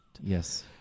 Yes